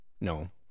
no